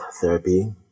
therapy